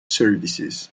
services